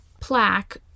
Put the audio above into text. plaque